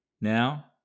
now